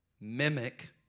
mimic